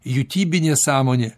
jutybinė sąmonė